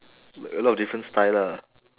a lot of different style lah